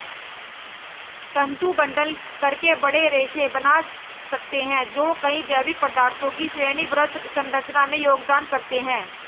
तंतु बंडल करके बड़े रेशे बना सकते हैं जो कई जैविक पदार्थों की श्रेणीबद्ध संरचना में योगदान करते हैं